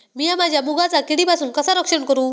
मीया माझ्या मुगाचा किडीपासून कसा रक्षण करू?